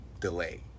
delay